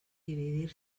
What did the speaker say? dividir